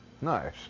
Nice